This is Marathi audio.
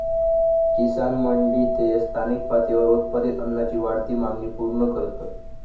किसान मंडी ते स्थानिक पातळीवर उत्पादित अन्नाची वाढती मागणी पूर्ण करतत